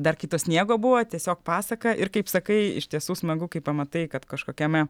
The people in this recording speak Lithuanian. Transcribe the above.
dar kai to sniego buvo tiesiog pasaka ir kaip sakai iš tiesų smagu kai pamatai kad kažkokiame